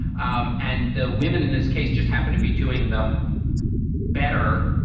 um and the women in this case just happen to be doing them better.